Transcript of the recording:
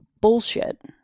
bullshit